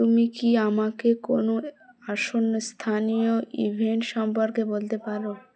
তুমি কি আমাকে কোনো আসন স্থানীয় ইভেন্ট সম্পর্কে বলতে পারো